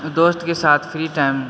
दोस्तके साथ free time